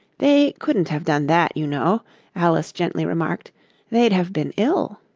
they couldn't have done that, you know alice gently remarked they'd have been ill